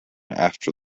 after